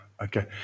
Okay